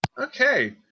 Okay